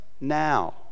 now